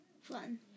Fun